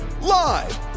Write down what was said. Live